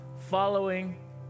following